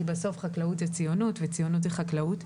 כי בסוף חקלאות זה ציונות וציונות זה חקלאות.